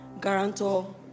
guarantor